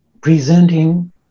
presenting